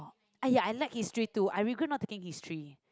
aiyah I like history too I regret not to take history